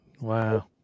Wow